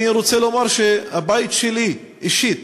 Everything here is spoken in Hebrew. אני רוצה לומר שהבית שלי אישית